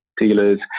dealers